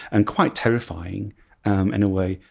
and quite terrifying um in a way.